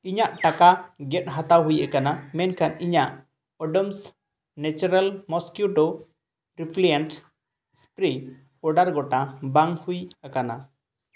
ᱤᱧᱟᱜ ᱴᱟᱠᱟ ᱜᱮᱫ ᱦᱟᱛᱟᱣᱟ ᱦᱩᱭ ᱟᱠᱟᱱᱟ ᱢᱮᱱ ᱠᱷᱟᱱ ᱤᱧᱟᱜ Odomos natural mosquito repellent spray order ᱜᱚᱴᱟᱝ ᱵᱟᱝ ᱦᱩᱭ ᱟᱠᱟᱱᱟ